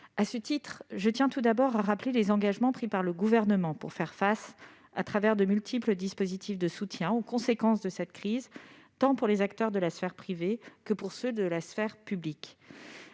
sanitaire. Je tiens tout d'abord à rappeler les engagements pris par le Gouvernement pour faire face, grâce à de multiples dispositifs de soutien, aux conséquences de cette crise, tant pour les acteurs de la sphère privée que pour ceux de la sphère publique.